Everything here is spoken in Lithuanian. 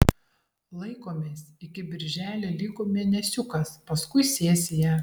laikomės iki birželio liko mėnesiukas paskui sesija